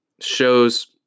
shows